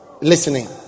Listening